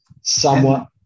somewhat